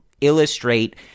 illustrate